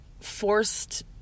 forced